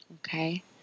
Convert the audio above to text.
Okay